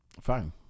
fine